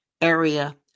area